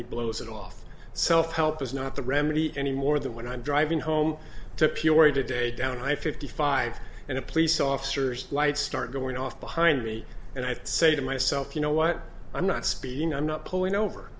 he blows it off self help is not the remedy any more than when i'm driving home to peoria today down i fifty five and the police officers lights start going off behind me and i thought say to myself you know what i'm not speeding i'm not pulling